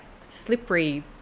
slippery